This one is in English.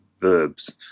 verbs